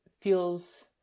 feels